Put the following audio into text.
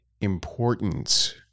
important